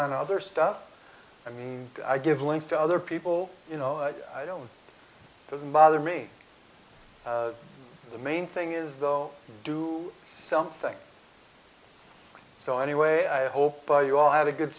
on other stuff i mean i give links to other people you know i don't doesn't bother me the main thing is though you do something so anyway i hope you all have a good